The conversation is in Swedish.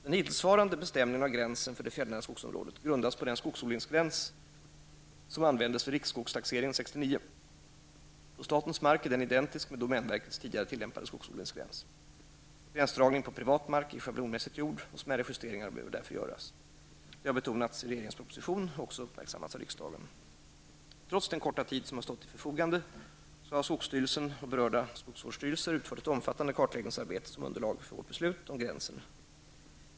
Den hittillsvarande bestämningen av gränsen för det fjällnära skogsområdet grundas på den skogsodlingsgräns som användes vid riksskogstaxeringen 1969. På statens mark är denna identisk med domänverkets tidigare tillämpade skogsodlingsgräns. Gränsdragningen på privat mark är schablonmässigt gjord och smärre justeringar behöver därför göras. Detta har betonats i regeringens proposition och också uppmärksammats av riksdagen. Trots den korta tid som har stått till förfogande har skogsstyrelsen och berörda skogsvårdsstyrelser utfört ett omfattande kartläggningsarbete som underlag för regeringens beslut om gränsen för den fjällnära skogen.